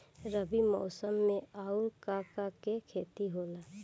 रबी मौसम में आऊर का का के खेती होला?